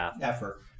effort